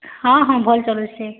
ହଁ ହଁ ଭଲ୍ ଚାଲୁଛେ